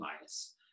bias